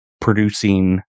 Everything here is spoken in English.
producing